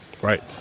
Right